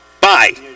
Bye